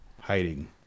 hiding